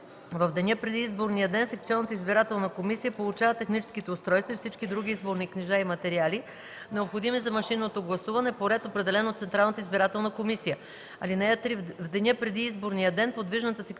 В деня преди изборния ден секционната избирателна комисия получава техническите устройства и всички други изборни книжа и материали, необходими за машинното гласуване, по ред, определен от Централната избирателна комисия. (3) В деня преди изборния ден подвижната секционна